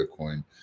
Bitcoin